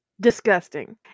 disgusting